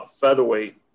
featherweight